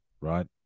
right